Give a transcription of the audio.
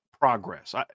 progress